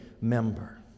member